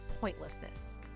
pointlessness